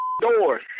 doors